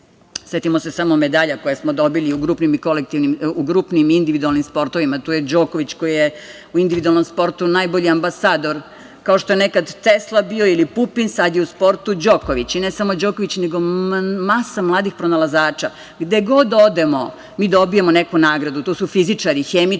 Setimo se samo medalja koje smo dobili u grupnim i individualnim sportovima. Tu je Đoković koji je u individualnom sportu najbolji ambasador, kao što je nekad Tesla bio ili Pupin, sad je u sportu Đoković. I ne samo Đoković, nego masa mladih pronalazača. Gde god odemo mi dobijemo neku nagradu. Tu su fizičari, hemičari,